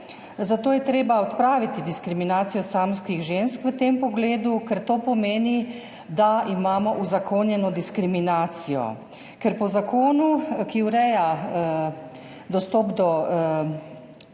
zato je treba odpraviti diskriminacijo samskih žensk v tem pogledu, ker to pomeni, da imamo uzakonjeno diskriminacijo. Ker po zakonu, ki ureja dostop do